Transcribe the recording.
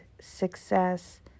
success